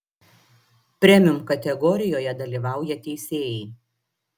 premium kategorijoje dalyvauja teisėjai